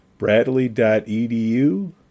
bradley.edu